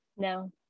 no